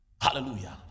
Hallelujah